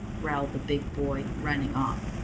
growled the big boy, running off.